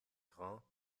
grand